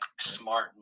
smart